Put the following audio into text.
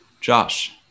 Josh